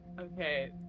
Okay